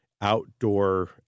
outdoor